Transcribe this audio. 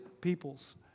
peoples